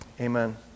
Amen